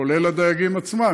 כולל לדייגים עצמם,